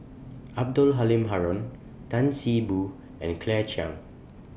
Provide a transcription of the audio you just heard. Abdul Halim Haron Tan See Boo and Claire Chiang